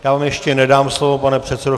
Já vám ještě nedám slovo, pane předsedo.